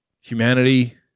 Humanity